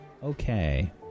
Okay